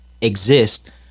exist